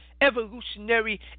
evolutionary